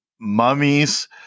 mummies